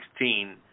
2016